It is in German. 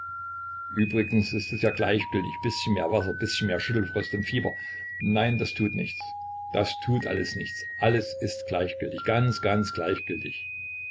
übrigens ist es ja gleichgültig bißchen mehr wasser bißchen mehr schüttelfrost und fieber nein das tut nichts das tut alles nichts alles ist gleichgültig ganz ganz gleichgültig